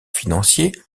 financier